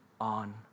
on